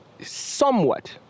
somewhat